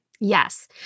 Yes